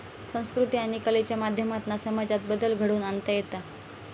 संकृती आणि कलेच्या माध्यमातना समाजात बदल घडवुन आणता येता